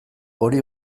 hori